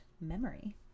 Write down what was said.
memory